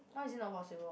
why is it not possible